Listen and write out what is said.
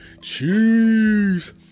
cheese